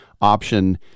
option